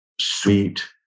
sweet